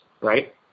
right